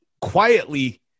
quietly